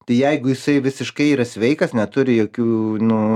tai jeigu jisai visiškai yra sveikas neturi jokių nu